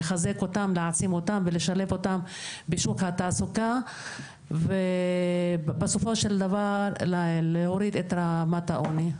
להעצים אותם ולשלב אותם בשוק התעסוקה וסופו של דבר להוריד את רמת העוני.